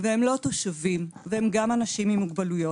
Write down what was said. והם לא תושבים, והם גם אנשים עם מוגבלויות.